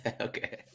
Okay